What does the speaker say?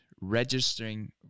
registering